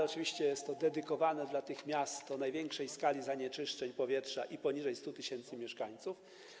Oczywiście jest to dedykowane tym miastom o największej skali zanieczyszczeń powietrza i poniżej 100 tys. mieszkańców.